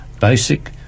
basic